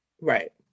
Right